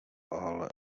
ale